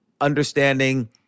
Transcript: understanding